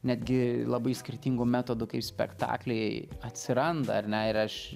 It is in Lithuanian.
netgi labai skirtingų metodų kai spektakliai atsiranda ar ne ir aš